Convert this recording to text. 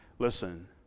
Listen